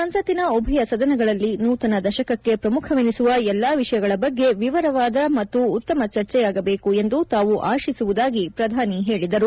ಸಂಸತ್ತಿನ ಉಭಯ ಸದನಗಳಲ್ಲಿ ನೂತನ ದಶಕಕ್ಕೆ ಪ್ರಮುಖವೆನಿಸುವ ಎಲ್ಲಾ ವಿಷಯಗಳ ಬಗ್ಗೆ ವಿವರವಾದ ಮತ್ತು ಉತ್ತಮ ಚರ್ಚೆಯಾಗಬೇಕು ಎಂದು ತಾವು ಆಶಿಸುವುದಾಗಿ ಪ್ರಧಾನಿ ಹೇಳಿದರು